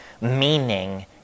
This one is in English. meaning